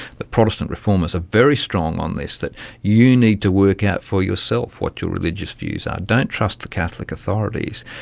the protestant reformers are very strong on this, that you need to work out for yourself what your religious views are, don't trust the catholic authorities.